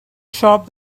shop